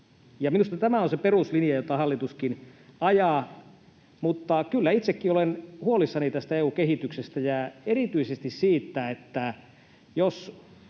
minusta tämä on se peruslinja, jota hallituskin ajaa. Mutta kyllä itsekin olen huolissani tästä EU-kehityksestä ja erityisesti siitä, että jos